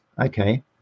okay